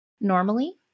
normally